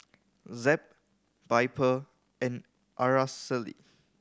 Zeb Piper and Araceli